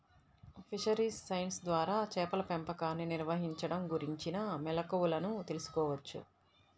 fisheries science ద్వారా చేపల పెంపకాన్ని నిర్వహించడం గురించిన మెళుకువలను తెల్సుకోవచ్చు